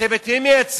אתם את מי מייצגים?